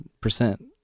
percent